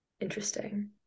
interesting